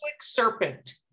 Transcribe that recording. serpent